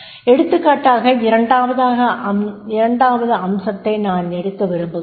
எடுத்துக்காட்டாக இரண்டாவது அம்சத்தை நான் எடுக்க விரும்புகிறேன்